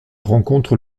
rencontre